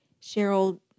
Cheryl